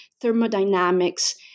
thermodynamics